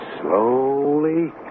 Slowly